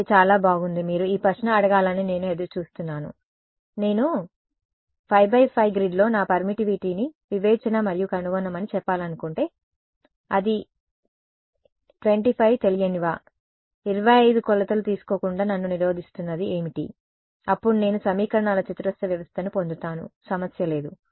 సరే చాలా బాగుంది మీరు ఈ ప్రశ్న అడగాలని నేను ఎదురు చూస్తున్నాను నేను 5 × 5 గ్రిడ్లో నా పర్మిటివిటీని వివేచన మరియు కనుగొనమని చెప్పాలనుకుంటే అది 25 తెలియనివా 25 కొలతలు తీసుకోకుండా నన్ను నిరోధిస్తున్నది ఏమిటి అప్పుడు నేను సమీకరణాల చతురస్ర వ్యవస్థను పొందుతాను సమస్య లేదు